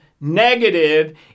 negative